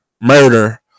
murder